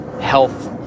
health